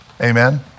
Amen